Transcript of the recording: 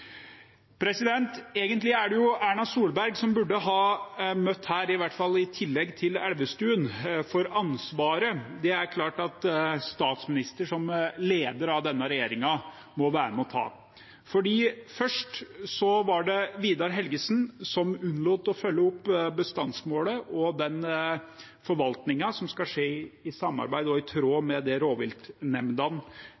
Egentlig er det Erna Solberg som burde ha møtt her, i hvert fall i tillegg til Ola Elvestuen, for ansvaret er det klart at statsministeren som leder av denne regjeringen må være med på å ta. Først var det Vidar Helgesen som unnlot å følge opp bestandsmålet og forvaltningen som skal skje i samarbeid med rovviltnemndene og i tråd